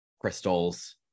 crystals